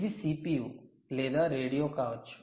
ఇది CPU లేదా radio కావచ్చు